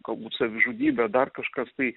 galbūt savižudybė dar kažkas tai